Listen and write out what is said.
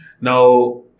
Now